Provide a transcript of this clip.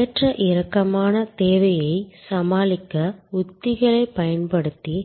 ஏற்ற இறக்கமான தேவையை சமாளிக்க உத்திகளைப் பயன்படுத்தி